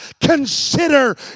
consider